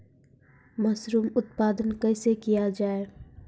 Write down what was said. Mushroom उत्पादन कैसे किया जाय?